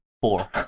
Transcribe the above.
Four